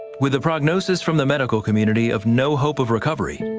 with a prognosis from the medical community of no hope of recovery,